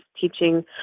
teaching